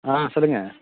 ஆ சொல்லுங்கள்